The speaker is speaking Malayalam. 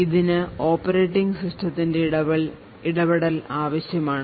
ഇതിന് ഓപ്പറേറ്റിംഗ് സിസ്റ്റത്തിന്റെ ഇടപെടൽ ആവശ്യമാണ്